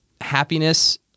happiness